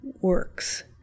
works